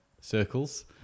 circles